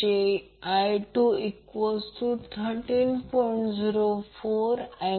j4I213